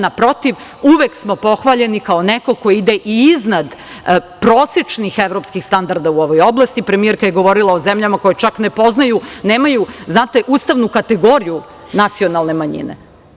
Naprotiv, uvek smo pohvaljeni kao neko ko ide i iznad prosečnih evropskih standarda u ovoj oblasti, a premijerka je govorila o zemljama koje čak ne poznaju, nemaju ustavnu kategoriju nacionalne manjine.